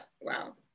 wow